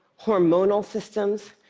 hormonal systems,